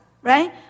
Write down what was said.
Right